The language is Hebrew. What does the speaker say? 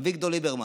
אביגדור ליברמן.